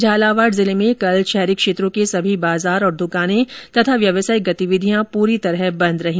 झालावाड़ जिले में कल शहरी क्षेत्रों के सभी बाजार और दुकाने और व्यावसायिक गतिविधियां पूर्ण रूप से बंद रही